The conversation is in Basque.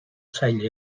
sail